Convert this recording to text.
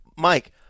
Mike